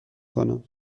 کنم